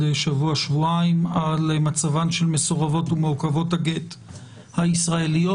שבוע-שבועיים על מצבן של מסורבות ומעוכבות הגט הישראליות.